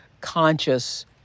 conscious